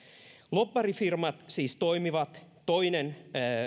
lobbarifirmat siis toimivat toinen